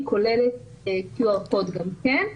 היא כולל QR CODE גם כן,